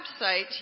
website